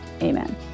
amen